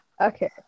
Okay